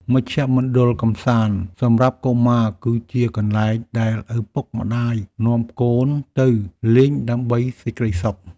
មជ្ឈមណ្ឌលកម្សាន្តសម្រាប់កុមារ គឺជាកន្លែងដែលឪពុកម្តាយនាំកូនទៅលេងដើម្បីសេចក្តីសុខ។